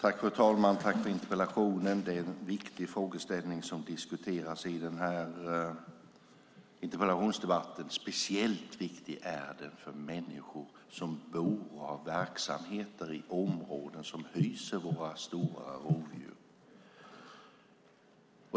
Herr talman! Tack för interpellationen! Det är en viktig frågeställning som diskuteras i interpellationsdebatten. Speciellt viktig är den för människor som bor och har verksamheter i områden som hyser våra stora rovdjur.